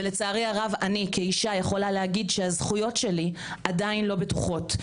ולצערי הרב אני כאישה יכולה להגיד שהזכויות שלי עדיין לא בטוחות,